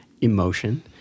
emotion